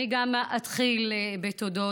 גם אני אתחיל בתודות.